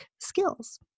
skills